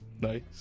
Nice